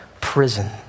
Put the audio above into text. prison